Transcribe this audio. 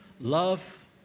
Love